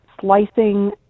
slicing